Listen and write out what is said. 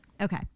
Okay